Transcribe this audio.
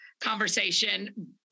conversation